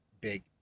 big